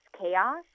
chaos